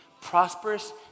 prosperous